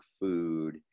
food